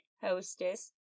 Hostess